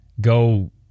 go